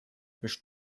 misch